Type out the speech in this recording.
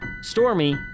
Stormy